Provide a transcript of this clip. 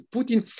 Putin